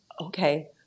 Okay